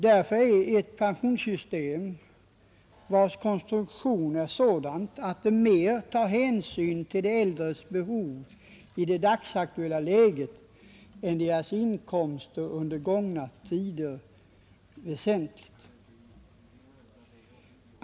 Därför är ett pensionssystem, vars konstruktion är sådan att det mer tar hänsyn till de äldres behov i det dagsaktuella läget än deras inkomster under gångna tider, väsentligt.